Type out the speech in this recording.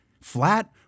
flat